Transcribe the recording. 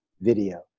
video